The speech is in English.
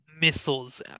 missiles